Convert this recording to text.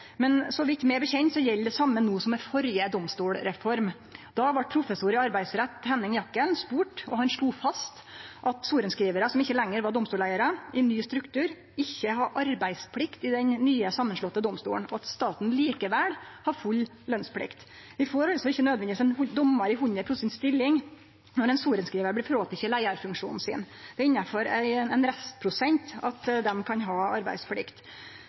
Men så vidt eg veit, gjeld det same no som ved førre domstolsreform. Då vart professor i arbeidsrett Henning Jakhelln spurd, og han slo fast at sorenskrivarar som ikkje lenger var domstolsleiarar i ny struktur, ikkje hadde arbeidsplikt i den nye, samanslåtte domstolen, og at staten likevel hadde full lønsplikt. Vi får altså ikkje nødvendigvis ein dommar i 100 pst. stilling når ein sorenskrivar blir fråteken leiarfunksjonen sin. Det er innanfor ein restprosent dei kan ha